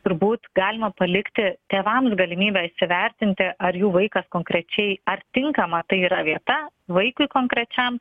turbūt galima palikti tėvams galimybę įsivertinti ar jų vaikas konkrečiai ar tinkama tai yra vieta vaikui konkrečiam